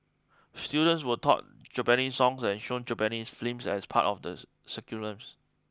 students were taught Japanese songs and shown Japanese films as part of the